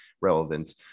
relevant